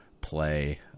play